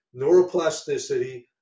neuroplasticity